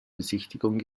besichtigung